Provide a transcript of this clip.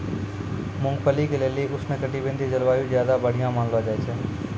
मूंगफली के लेली उष्णकटिबंधिय जलवायु ज्यादा बढ़िया मानलो जाय छै